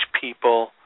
people